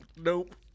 Nope